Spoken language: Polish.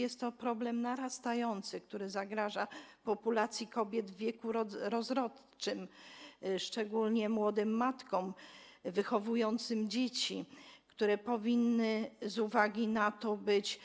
Jest to narastający problem, który zagraża populacji kobiet w wieku rozrodczym, szczególnie młodym matkom wychowującym dzieci, które powinny z uwagi na to być